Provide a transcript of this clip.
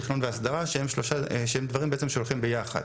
תכנון והסדרה שהם דברים שבעצם הולכים ביחד,